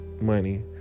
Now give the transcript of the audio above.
money